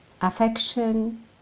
affection